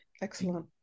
excellent